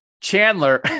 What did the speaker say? Chandler